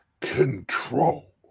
control